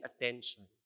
attention